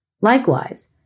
Likewise